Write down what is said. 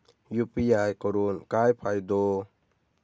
UPI करून काय फायदो?